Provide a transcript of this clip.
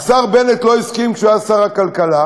והשר בנט לא הסכים, כשהוא היה שר הכלכלה,